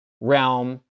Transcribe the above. realm